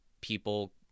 people